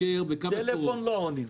בטלפון לא עונים.